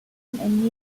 and